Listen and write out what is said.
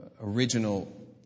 original